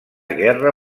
guerra